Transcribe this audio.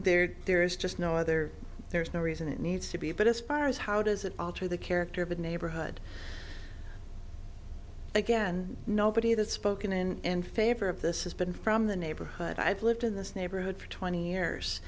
there there's just no other there's no reason it needs to be but as far as how does it alter the character of the neighborhood again nobody that spoken in favor of this has been from the neighborhood i've lived in this neighborhood for twenty years